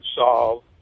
solve